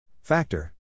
Factor